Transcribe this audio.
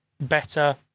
better